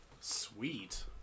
sweet